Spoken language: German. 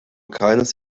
keines